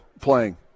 playing